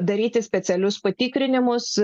daryti specialius patikrinimus